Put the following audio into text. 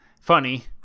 funny